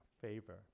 favor